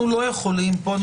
אנחנו נאשר פה היום נוסח,